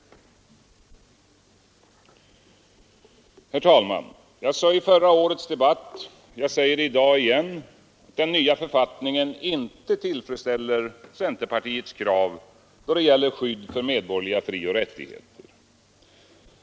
Jag sade i förra årets debatt, och jag säger i dag igen, att den nya författningen inte tillfredsställer centerpartiets krav då det gäller skydd för medborgerliga frioch rättigheter.